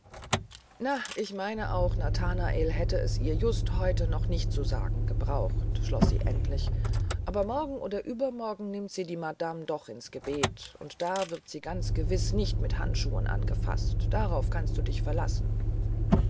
na ich meine auch nathanael hätte es ihr just heute noch nicht zu sagen gebraucht schloß sie endlich aber morgen oder übermorgen nimmt sie die madame doch ins gebet und da wird sie ganz gewiß nicht mit handschuhen angefaßt darauf kannst du dich verlassen